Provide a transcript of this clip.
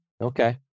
Okay